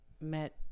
met